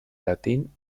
latín